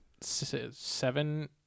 seven